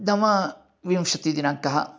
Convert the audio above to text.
नवविंशतिदिनाङ्कः